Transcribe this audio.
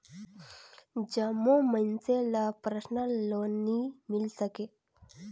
जम्मो मइनसे ल परसनल लोन नी मिल सके